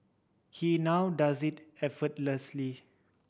he now does it effortlessly